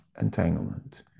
entanglement